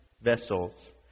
vessels